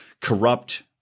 corrupt